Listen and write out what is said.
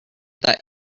that